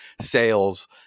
sales